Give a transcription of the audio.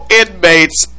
inmates